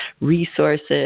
resources